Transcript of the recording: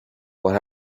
what